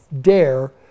dare